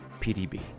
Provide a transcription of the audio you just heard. PDB